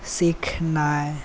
सीखनाइ